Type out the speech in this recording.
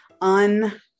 Un